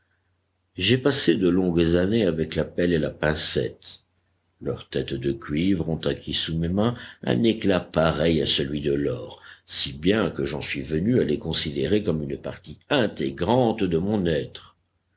j'ai passé de longues années avec la pelle et la pincette leurs têtes de cuivre ont acquis sous mes mains un éclat pareil à celui de l'or si bien que j'en suis venu à les considérer comme une partie intégrante de mon être